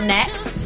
Next